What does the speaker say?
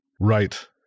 right